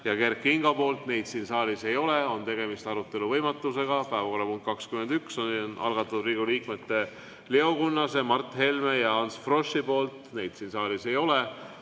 ja Kert Kingo poolt. Neid siin saalis ei ole, on tegemist arutelu võimatusega. Päevakorrapunkt nr 21 on algatatud Riigikogu liikmete Leo Kunnase, Mart Helme ja Ants Froschi poolt. Neid siin saalis ei ole,